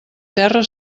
terra